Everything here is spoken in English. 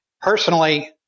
Personally